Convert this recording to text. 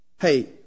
Hey